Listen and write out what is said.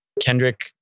Kendrick